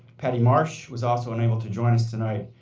patty marsh was also unable to join us tonight.